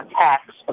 attacks